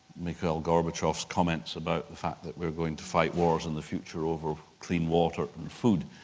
mikhail gorbachev's comments about the fact that we're going to fight wars in the future over clean water and food,